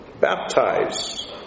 Baptize